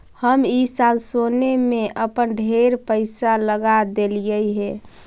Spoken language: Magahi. हम ई साल सोने में अपन ढेर पईसा लगा देलिअई हे